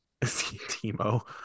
Timo